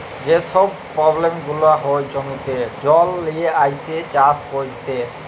যে ছব পব্লেম গুলা হ্যয় জমিতে জল লিয়ে আইসে চাষ ক্যইরতে